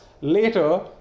Later